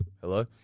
Hello